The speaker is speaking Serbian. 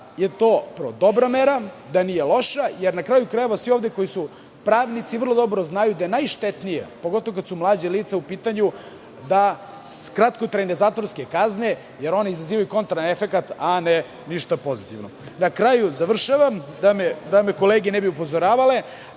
je to dobra mera, da nije loša, jer, na kraju krajeva, svi ovde koji su pravnici vrlo dobro znaju da su najštetnije, pogotovo kada su mlađa lica u pitanju, kratkotrajne zatvorske kazne, jer one izazivaju kontraefekat, a ništa pozitivno. Završavam, da me kolege ne bi upozoravale,